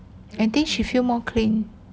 I think she feel more clean